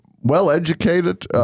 well-educated